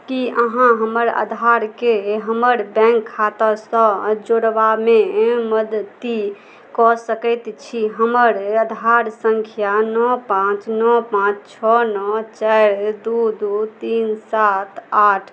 कि अहाँ हमर आधारकेँ हमर बैँक खातासे जोड़बामे मदति कऽ सकै छी हमर आधार सँख्या नओ पाँच नओ पाँच छओ नओ चारि दुइ दुइ तीन सात आठ